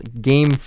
game